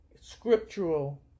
scriptural